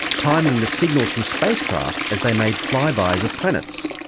timing the signals from spacecraft as they made flybys of planets.